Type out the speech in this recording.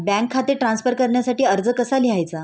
Bank खाते transfer करण्यासाठी अर्ज कसा लिहायचा?